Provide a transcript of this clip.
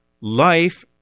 Life